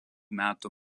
metų